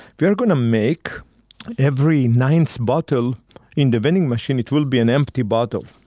we are going to make every ninth bottle in the vending machine it will be an empty bottle.